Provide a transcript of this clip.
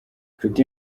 nshuti